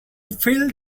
filled